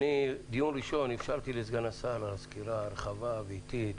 דיון ראשון אני אפשרתי לסגן השר סקירה רחבה ואיטית,